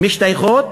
משתייכות